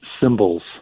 symbols